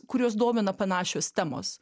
kuriuos domina panašios temos